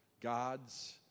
God's